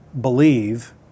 believe